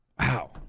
Wow